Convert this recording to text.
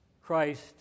Christ